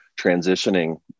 transitioning